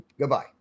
Goodbye